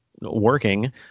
working